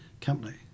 company